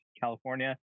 california